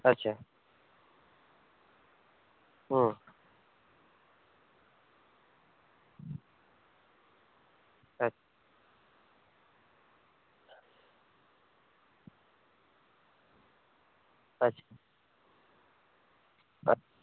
আচ্ছা হুম আচ্ছা আচ্ছা আচ্ছা